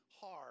hard